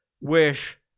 wish